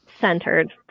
centered